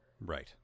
Right